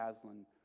Aslan